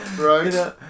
Right